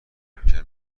ممکنه